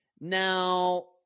Now